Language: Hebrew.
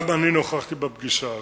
גם אני נכחתי בפגישה הזאת.